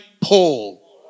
Paul